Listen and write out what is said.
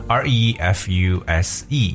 refuse